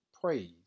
Praise